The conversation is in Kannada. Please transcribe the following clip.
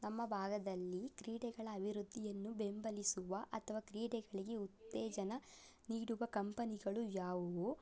ನಮ್ಮ ಭಾಗದಲ್ಲಿ ಕ್ರೀಡೆಗಳ ಅಭಿವೃದ್ಧಿಯನ್ನು ಬೆಂಬಲಿಸುವ ಅಥವಾ ಕ್ರೀಡೆಗಳಿಗೆ ಉತ್ತೇಜನ ನೀಡುವ ಕಂಪನಿಗಳು ಯಾವುವು